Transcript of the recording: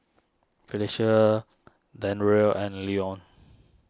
Phylicia Dandre and Leon